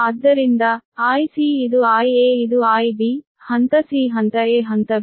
ಆದ್ದರಿಂದ Ic ಇದು Ia ಇದು Ib ಹಂತ c ಹಂತ a ಹಂತ b